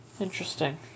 interesting